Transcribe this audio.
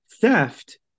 Theft